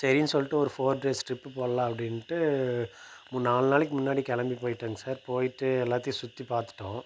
சரின்னு சொல்லிட்டு ஒரு ஃபோர் டேஸ் ட்ரிப் போடுலாம் அப்படின்ட்டு மு நாலு நாளைக்கு முன்னாடி கிளம்பி போயிட்டேன் சார் போயிட்டு எல்லாத்தையும் சுற்றி பார்த்துட்டோம்